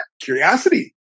Curiosity